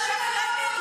שקרנים.